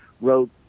wrote